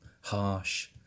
harsh